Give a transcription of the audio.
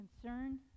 concerned